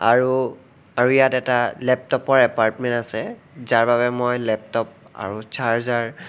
আৰু আৰু ইয়াত এটা লেপটপৰ এপাৰ্টমেণ্ট আছে যাৰ বাবে মই লেপটপ আৰু চাৰ্জাৰ